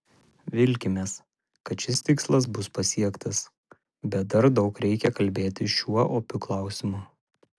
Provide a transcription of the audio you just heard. vilkimės kad šis tikslas bus pasiektas bet dar daug reikia kalbėti šiuo opiu klausimu